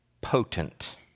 potent